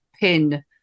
pin